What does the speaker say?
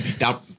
Now